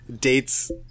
dates